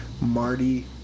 Marty